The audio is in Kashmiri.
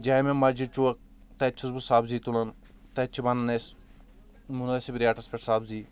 جامِع مَسجِد چوک تَتہِ چھُس بہٕ سَبزی تُلان تَتہِ چھِ بَنان اسۍ مُنٲسِب ریٹَس پٮ۪ٹھ سبزی